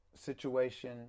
Situation